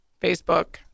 Facebook